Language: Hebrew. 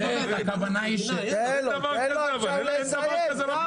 --- תן לו לסיים, קארה.